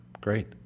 great